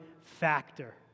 factor